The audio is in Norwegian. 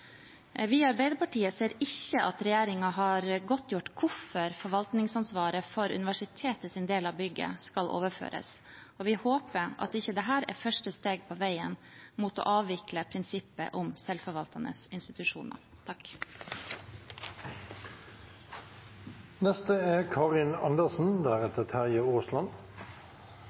Vi i Arbeiderpartiet ser ikke at regjeringen har godtgjort hvorfor forvaltningsansvaret for universitetets del av bygget skal overføres, og vi håper dette ikke er første steg på veien mot å avvikle prinsippet om selvforvaltende institusjoner.